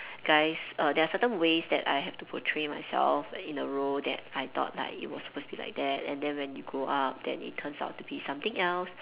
guys uh there are certain ways that I have to portray myself in a role that I thought like it was supposed to be like that and then when you grow up then it turns out to be something else